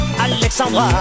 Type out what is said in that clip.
Alexandra